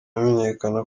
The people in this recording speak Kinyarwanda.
amenyekana